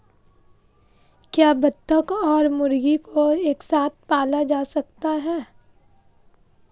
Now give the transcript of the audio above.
क्या बत्तख और मुर्गी को एक साथ पाला जा सकता है?